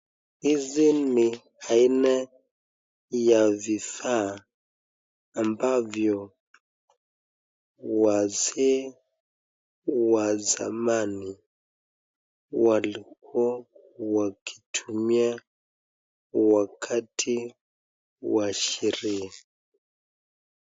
Hizi ni aina ya vifaa, ambavyo wazee wa zamani walikuwa wakitumia wakati wa sherehe.